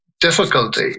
difficulty